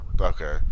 okay